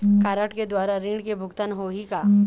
Card के द्वारा ऋण के भुगतान होही का?